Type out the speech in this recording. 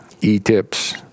E-tips